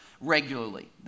regularly